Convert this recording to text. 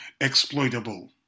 exploitable